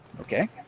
Okay